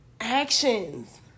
actions